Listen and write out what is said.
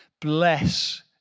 bless